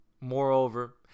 Moreover